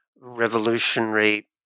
revolutionary